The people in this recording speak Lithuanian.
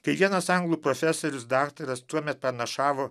kai vienas anglų profesorius daktaras tuomet pranašavo